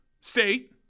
State